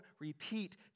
repeat